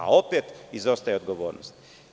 A, opet, izostaje odgovornost.